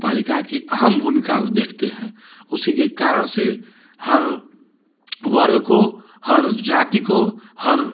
पालिका की अहम भूमिका अब देखते हैं उसी के कारण से हर वर्ग को हर जाति को हर